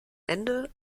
ende